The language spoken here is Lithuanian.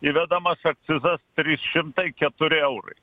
įvedamas akcizas trys šimtai keturi eurai